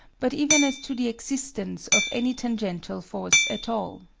but even as to the existence of any tangential force at all.